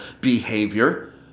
behavior